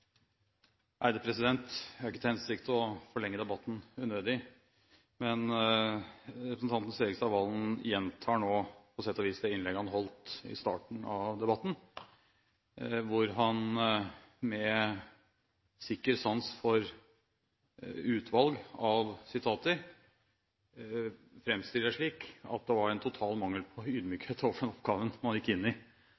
Jeg har ikke til hensikt å forlenge debatten unødig, men representanten Serigstad Valen gjentar nå på sett og vis det innlegget han holdt i starten av debatten, hvor han med sikker sans for utvalg av sitater framstiller det slik at det var en total mangel på